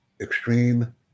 extreme